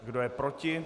Kdo je proti?